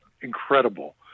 incredible